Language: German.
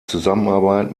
zusammenarbeit